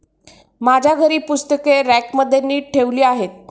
माझ्या घरी पुस्तके रॅकमध्ये नीट ठेवली आहेत